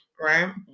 Right